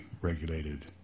regulated